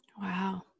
Wow